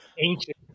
ancient